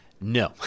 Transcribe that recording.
No